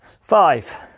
Five